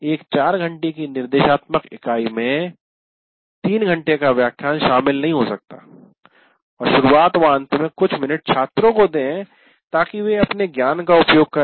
एक 4 घंटे की निर्देशात्मक इकाई में 3 घंटे का व्याख्यान शामिल नहीं हो सकता है और शुरुआत व अंत में कुछ मिनट छात्रों को दे कि वे अपने ज्ञान का उपयोग करे